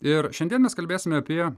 ir šiandien mes kalbėsime apie